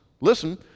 listen